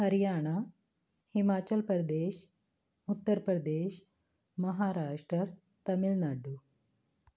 Haryana Himachal Pradesh Uttar Pradesh Maharashtra Tamil Nadu